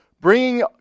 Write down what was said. bringing